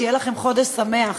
שיהיה לכם חודש שמח.